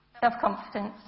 self-confidence